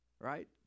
right